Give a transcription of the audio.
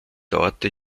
dauerte